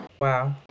Wow